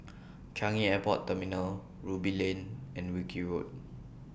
Changi Airport Terminal Ruby Lane and Wilkie Road